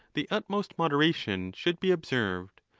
the utmost moderation should be observed.